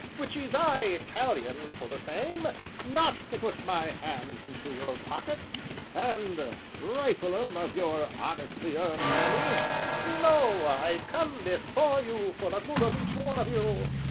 which is eyetalian for the same not to put my hands into your pockets and rifle em of your honestly earned money no, i come before you for the good of each one of you,